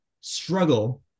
struggle